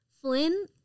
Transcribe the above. Flynn